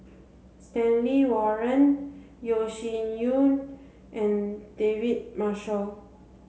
Stanley Warren Yeo Shih Yun and David Marshall